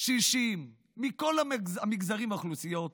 קשישים, מכל המגזרים והאוכלוסיות,